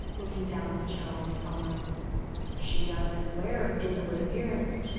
looking down at the child in his arms she doesn't wear an invalid appearance.